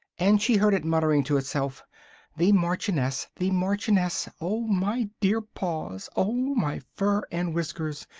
and she heard it muttering to itself the marchioness! the marchioness! oh my dear paws! oh my fur and whiskers!